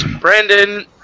Brandon